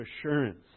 assurance